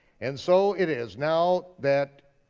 and so it is now that,